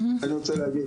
אני רוצה להגיד